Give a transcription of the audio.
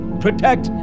protect